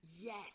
Yes